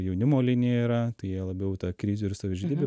jaunimo linija yra tai jie labiau tą krizių ir savižudybių